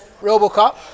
Robocop